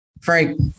Frank